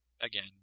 again